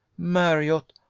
marriott,